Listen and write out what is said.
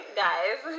guys